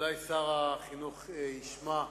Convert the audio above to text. בוודאי שר החינוך ישמע,